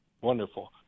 Wonderful